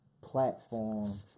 platform